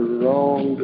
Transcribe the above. wrong